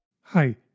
Hi